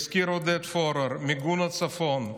הזכיר עודד פורר: מיגון הצפון,